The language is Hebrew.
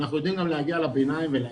אנחנו גם יודעים גם להגיע לביניים ולאמצע,